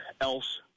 else